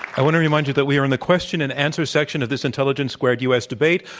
i want to remind you that we are in the question and answer section of this intelligence squared u. s. debate.